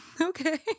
Okay